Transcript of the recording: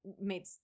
made